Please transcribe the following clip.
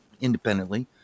independently